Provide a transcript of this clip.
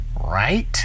Right